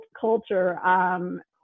culture